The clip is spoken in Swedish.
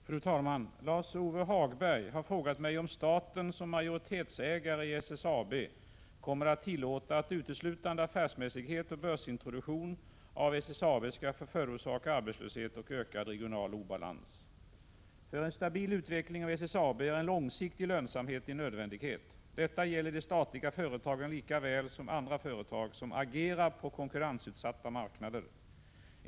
Fru talman! Lars-Ove Hagberg har frågat mig om staten som majoritetsägare i SSAB kommer att tillåta att uteslutande affärsmässighet och börsintroduktion av SSAB skall få förorsaka arbetslöshet och ökad regional obalans. För en stabil utveckling av SSAB är en långsiktig lönsamhet en nödvändighet. Detta gäller de statliga företagen lika väl som andra företag som agerar på konkurrensutsatta marknader.